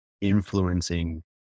influencing